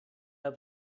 herr